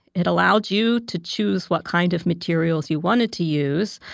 it allowed you to choose what kind of materials you wanted to use,